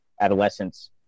adolescence